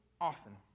often